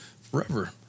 forever